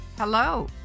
Hello